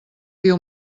diu